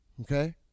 Okay